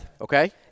Okay